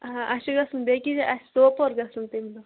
آ اَسہِ چھُ گژھُن بیٚیِس جاے اَسہِ چھُ سوپور گژھُن تَمہِ دۄہ